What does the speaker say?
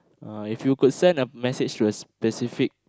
uh if you could send a message to a specific